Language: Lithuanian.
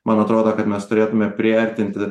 man atrodo kad mes turėtume priartinti